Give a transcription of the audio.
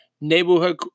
neighborhood